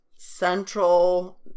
central